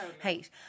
hate